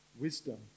wisdom